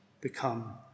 become